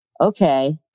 okay